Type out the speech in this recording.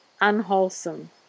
unwholesome